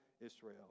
Israel